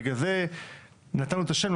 בגלל זה נתנו לה את השם,